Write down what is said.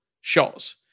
shots